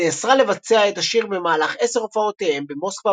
נאסרה לבצע את השיר במהלך עשר הופעותיהם במוסקבה